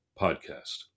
podcast